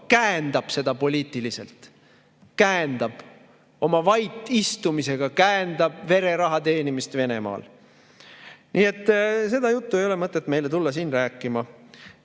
käendab seda poliitiliselt, käendab oma vait istumisega, käendab vereraha teenimist Venemaal. Nii et seda juttu ei ole mõtet meile tulla siin rääkima.